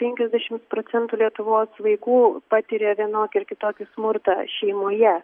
penkiasdešim procentų lietuvos vaikų patiria vienokį ar kitokį smurtą šeimoje